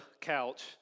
couch